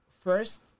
first